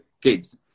kids